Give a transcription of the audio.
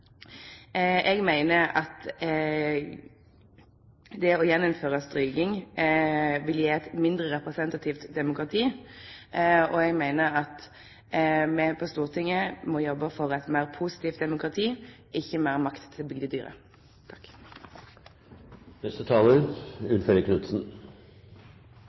Eg meiner at det å gjeninnføre stryking vil gje eit mindre representativt demokrati. Og eg meiner at me på Stortinget må jobbe for eit meir positivt demokrati, ikkje meir makt til